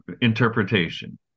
Interpretation